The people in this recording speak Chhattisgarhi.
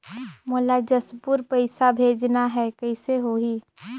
मोला जशपुर पइसा भेजना हैं, कइसे होही?